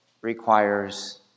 requires